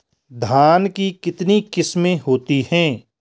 धान की कितनी किस्में होती हैं?